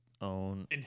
own